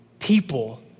people